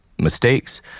mistakes